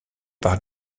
par